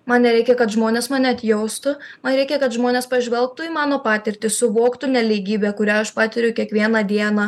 man nereikia kad žmonės mane atjaustų man reikia kad žmonės pažvelgtų į mano patirtį suvoktų nelygybę kurią aš patiriu kiekvieną dieną